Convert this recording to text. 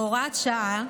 בהוראת שעה,